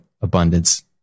abundance